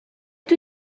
too